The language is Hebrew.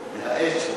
מהאש.